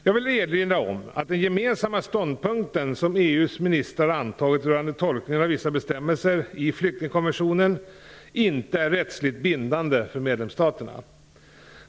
Jag vill erinra om att den gemensamma ståndpunkten som EU:s ministrar antagit rörande tolkningen av vissa bestämmelser i flyktingkonventionen inte är rättsligt bindande för medlemsstaterna.